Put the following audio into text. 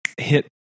hit